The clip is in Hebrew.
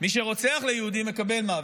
מי שרוצח ליהודי, מקבל מוות.